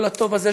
כל הטוב הזה,